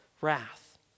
wrath